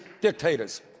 dictators